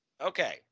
Okay